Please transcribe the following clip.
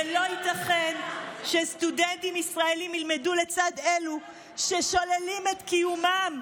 ולא ייתכן שסטודנטים ישראלים ילמדו לצד אלו ששוללים את קיומם.